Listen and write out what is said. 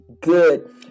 good